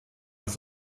als